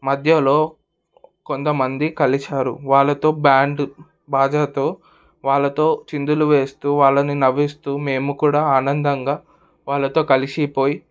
మధ్యలో కొంతమంది కలిశారు వాళ్ళతో బ్యాండ్ బాజాతో వాళ్లతో చిందులు వేస్తూ వాళ్ళని నవ్విస్తూ మేము కూడా ఆనందంగా వాళ్ళతో కలిసిపోయి